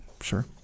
Sure